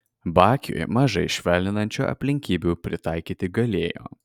bakiui mažai švelninančių aplinkybių pritaikyti galėjo